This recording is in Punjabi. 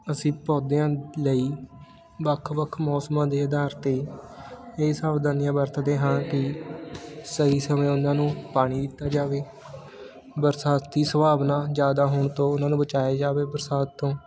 ਅਸੀਂ ਪੌਦਿਆਂ ਲਈ ਵੱਖ ਵੱਖ ਮੌਸਮਾਂ ਦੇ ਅਧਾਰ 'ਤੇ ਇਹ ਸਾਵਧਾਨੀਆਂ ਵਰਤਦੇ ਹਾਂ ਕਿ ਸਹੀ ਸਮੇਂ ਉਹਨਾਂ ਨੂੰ ਪਾਣੀ ਦਿੱਤਾ ਜਾਵੇ ਬਰਸਾਤੀ ਸੰਭਾਵਨਾ ਜ਼ਿਆਦਾ ਹੋਣ ਤੋਂ ਉਹਨਾਂ ਨੂੰ ਬਚਾਇਆ ਜਾਵੇ ਬਰਸਾਤ ਤੋਂ